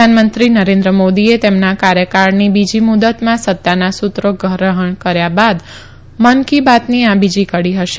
પ્રધાનમંત્રી નરેન્દ્ર મોદીએ તેમના કાર્યકાળની બીજી મુદ્દતમાં સત્તાના સૂત્રો ગ્રહણ કર્યા બાદ મન કી બાતની આ બીજી કડી હશે